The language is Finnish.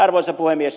arvoisa puhemies